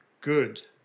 good